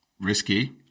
Risky